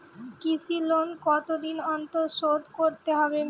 কৃষি লোন কতদিন অন্তর শোধ করতে হবে?